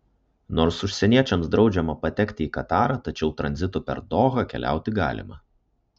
nors užsieniečiams draudžiama patekti į katarą tačiau tranzitu per dohą keliauti galima